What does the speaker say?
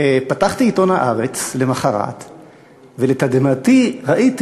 פתחתי עיתון "הארץ" למחרת ולתדהמתי ראיתי